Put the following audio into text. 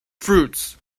fruits